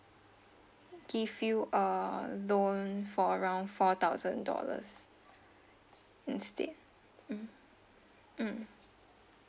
give you a loan for around four thousand dollars instead mm mm